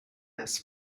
has